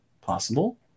possible